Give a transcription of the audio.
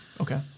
Okay